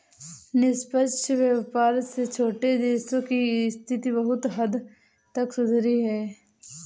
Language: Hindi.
निष्पक्ष व्यापार से छोटे देशों की स्थिति बहुत हद तक सुधरी है